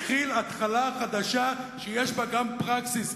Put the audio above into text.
מתחיל התחלה חדשה שיש בה גם פרקסיס,